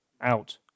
out